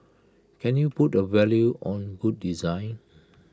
can you put A value on good design